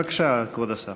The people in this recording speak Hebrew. בבקשה, כבוד השר.